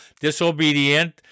disobedient